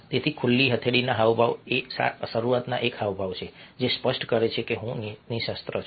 તેથી ખુલ્લી હથેળીના હાવભાવ એ શરૂઆતમાં એક હાવભાવ છે જે સ્પષ્ટ કરે છે કે હું નિઃશસ્ત્ર છું